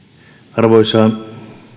arvoisa